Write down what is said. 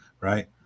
right